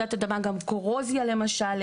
כפי שנאמר לפני כן,